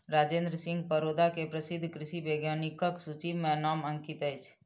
राजेंद्र सिंह परोदा के प्रसिद्ध कृषि वैज्ञानिकक सूचि में नाम अंकित अछि